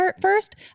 first